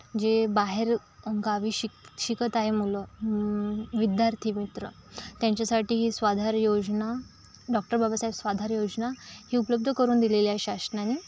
जे बाहेरगावी शिक शिकत आहे मुलं विद्यार्थीमित्र त्यांच्यासाठी ही स्वाधार योजना डॉक्टर बाबासाहेब स्वाधार योजना ही उपलब्ध करून दिलेली आहे शासनाने